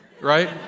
right